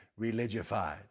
religified